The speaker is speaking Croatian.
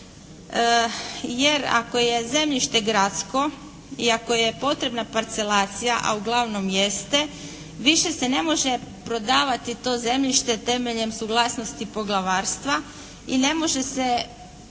Jer, ako je zemljište gradsko i ako je potrebna parcelacija a uglavnom jeste više se ne može prodavati to zemljište temeljem suglasnosti poglavarstva i ne može se